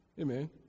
Amen